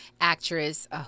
actress